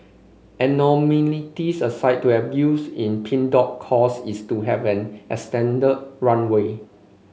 aside to have youths in Pink Dot cause is to have an extended runway